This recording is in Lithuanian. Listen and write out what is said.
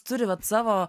turi vat savo